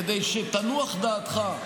כדי שתנוח דעתך,